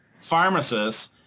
pharmacists